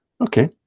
okay